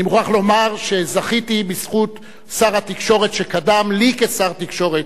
אני מוכרח לומר שזכיתי בזכות שר התקשורת שקדם לי כשר תקשורת,